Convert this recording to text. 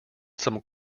some